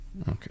Okay